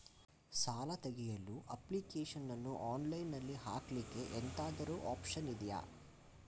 ಸಾಲ ತೆಗಿಯಲು ಅಪ್ಲಿಕೇಶನ್ ಅನ್ನು ಆನ್ಲೈನ್ ಅಲ್ಲಿ ಹಾಕ್ಲಿಕ್ಕೆ ಎಂತಾದ್ರೂ ಒಪ್ಶನ್ ಇದ್ಯಾ?